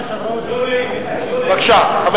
בבקשה, חבר